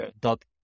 dot